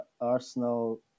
Arsenal